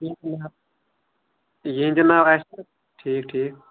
یہندِ ناوٕ آسنا ٹھیٖک ٹٖھیک